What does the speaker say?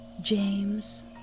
James